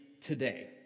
today